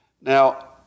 Now